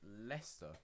Leicester